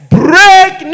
break